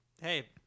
Hey